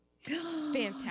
Fantastic